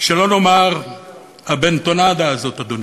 שלא לומר הבנטונדה הזאת, אדוני.